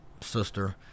sister